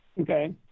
okay